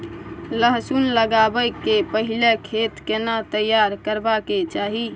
लहसुन लगाबै के पहिले खेत केना तैयार करबा के चाही?